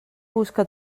busca